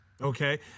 Okay